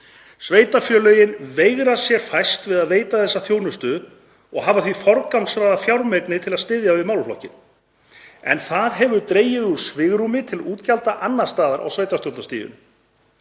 Sveitarfélögin veigra sér fæst við að veita þessa þjónustu og hafa því forgangsraðað fjármagni til að styðja við málaflokkinn. En það hefur dregið úr svigrúmi til útgjalda annars staðar á sveitarfélagastiginu.